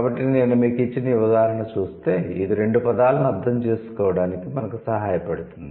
కాబట్టి నేను మీకు ఇచ్చిన ఈ ఉదాహరణ చూస్తే ఇది రెండు పదాలను అర్థం చేసుకోవడానికి మనకు సహాయపడుతుంది